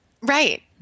Right